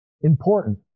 important